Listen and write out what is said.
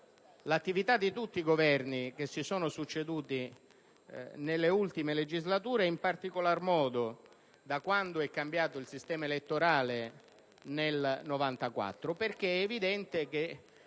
l'attività di tutti i Governi che si sono succeduti nelle ultime legislature, in particolar modo da quando è cambiato il sistema elettorale nel 1994. È evidente che